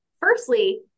Firstly